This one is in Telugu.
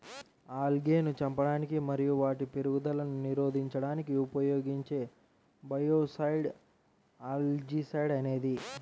ఆల్గేను చంపడానికి మరియు వాటి పెరుగుదలను నిరోధించడానికి ఉపయోగించే బయోసైడ్ ఆల్జీసైడ్ అనేది